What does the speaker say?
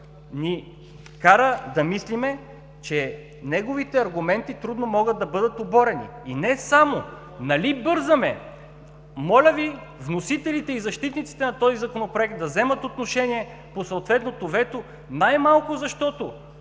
ни кара да мислим, че неговите аргументи трудно могат да бъдат оборени. И не само това. Нали бързаме? Моля защитниците и вносителите на този Законопроект да вземат отношение по съответното вето най-малкото защото